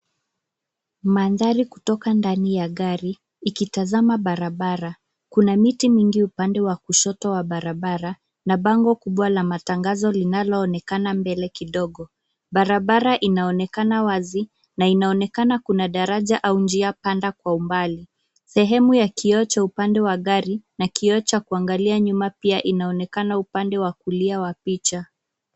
Mandhari kutoka ndani ya gari ikitazama barabara. Kuna miti mingi upande wa kushoto wa barabara na bango kubwa la matangazo linaloonekana mbele kidogo. Barabara inaonekana wazi na inaonekana kuna daraja au njia panda kwa umbali. Sehemu ya kioo cha upande wa gari na kioo cha kuangalia nyuma pia inaonekana upande wa kulia wa picha.